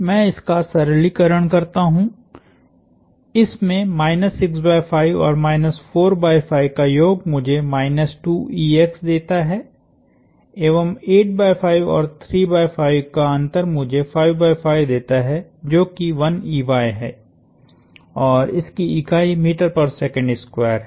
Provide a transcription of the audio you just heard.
मैं इसका सरलीकरण करता हूं इसमें 65 और 45 का योग मुझे देता है एवं 85 और 35 का अंतर मुझे 55 देता है जो की है और इसकी इकाइ ms2 हैं